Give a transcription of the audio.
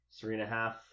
Three-and-a-half